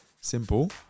simple